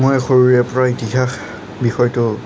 মই সৰুৰে পৰা ইতিহাস বিষয়টো